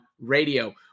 Radio